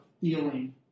feeling